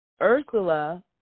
Ursula